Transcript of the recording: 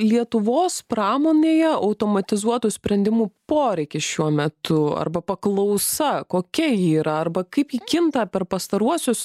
lietuvos pramonėje automatizuotų sprendimų poreikis šiuo metu arba paklausa kokia ji yra arba kaip ji kinta per pastaruosius